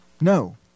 no